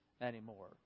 anymore